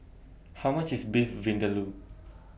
How much IS Beef Vindaloo